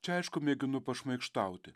čia aišku mėginu pašmaikštauti